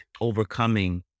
overcoming